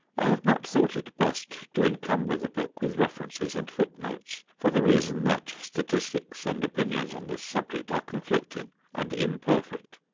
i have not thought it best to encumber the book with references and foot-notes, for the reason that statistics and opinions on this subject are conflicting and imperfect,